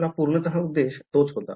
आपला पूर्णतः उद्देश तोच होता